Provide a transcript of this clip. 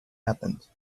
happened